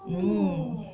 mm